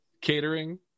Catering